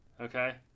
Okay